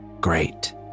Great